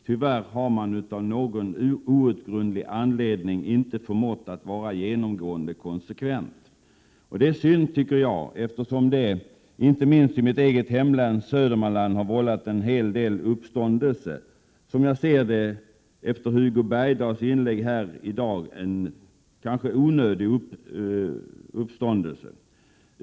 Tyvärr har man av någon outgrundlig anledning inte förmått vara genomgående konsekvent. Det är synd, tycker jag, eftersom det inte minst i mitt eget hemlän Södermanland vållat en hel del uppståndelse. Som jag ser det, efter Hugo Bergdahls inlägg här i dag, är det kanske en onödig uppståndelse.